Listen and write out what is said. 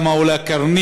כמה עולה קרנית,